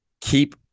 keep